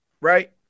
right